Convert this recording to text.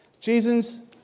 Jesus